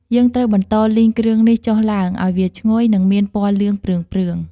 យើងត្រូវបន្ដលីងគ្រឿងនេះចុះឡ់ើង ឱ្យវាឈ្ងុយ និងមានពណ៌លឿងព្រឿងៗ។